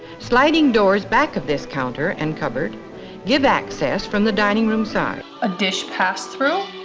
sliding doors back of this counter and cupboard give access from the dining room side. a dish pass through,